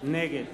נגד